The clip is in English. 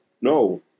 no